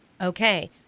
Okay